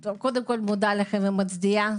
קודם כול אני מודה לכם ומצדיע לכם.